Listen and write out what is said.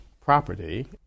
property